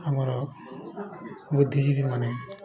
ଆମର ବୁଦ୍ଧିଜିବୀମାନେ